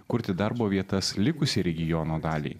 kurti darbo vietas likusiai regiono daliai